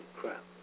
crap